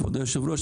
כבוד יושב הראש,